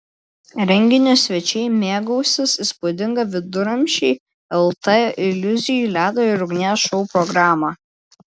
renginio svečiai mėgausis įspūdinga viduramžiai lt iliuzijų ledo ir ugnies šou programa